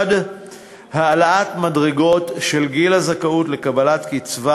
1. העלאת מדרגות גיל הזכאות לקבלת קצבה